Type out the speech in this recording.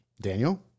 Daniel